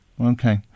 Okay